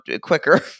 quicker